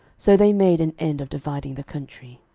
so they made an end of dividing the country.